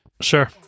Sure